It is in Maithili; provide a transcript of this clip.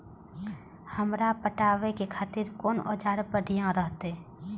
हमरा पटावे खातिर कोन औजार बढ़िया रहते?